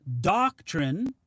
doctrine